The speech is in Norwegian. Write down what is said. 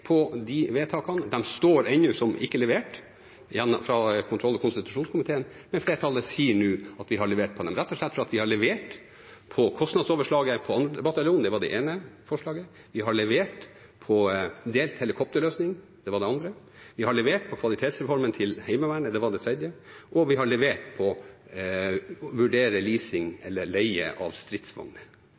på de vedtakene – står ennå som ikke levert fra kontroll- og konstitusjonskomiteen, men flertallet sier nå at vi har levert på dem. Vi har levert på kostnadsoverslaget på 2. bataljon – det var det ene forslaget. Vi har levert på delt helikopterløsning – det var det andre. Vi har levert på kvalitetsreformen til Heimevernet – det var det tredje. Og vi har levert på å vurdere leasing eller leie av stridsvogner.